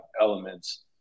elements